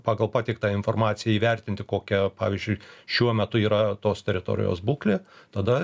pagal pateiktą informaciją įvertinti kokią pavyzdžiui šiuo metu yra tos teritorijos būklė tada